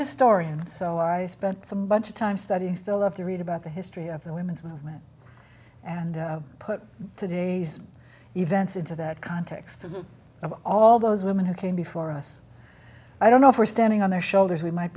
a story and so i spent some bunch of time studying still love to read about the history of the women's movement and put today's events into that context to look at all those women who came before us i don't know if we're standing on their shoulders we might